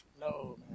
no